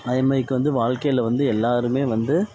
அதேமாரிக்கு வந்து வாழ்க்கையில் வந்து எல்லாருமே வந்து